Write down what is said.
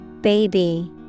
Baby